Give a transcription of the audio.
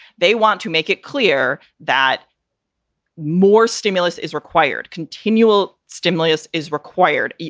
they want to make it clear that more stimulus is required, continual stimulus is required.